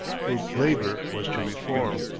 whom labour was to reform.